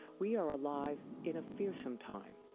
we are alive in a fearsome time,